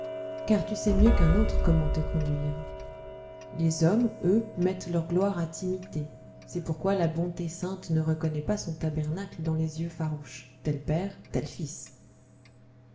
car tu sais mieux qu'un autre comment te conduire les hommes eux mettent leur gloire à t'imiter c'est pourquoi la bonté sainte ne reconnaît pas son tabernacle dans leurs yeux farouches tel père tel fils